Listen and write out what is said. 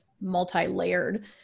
multi-layered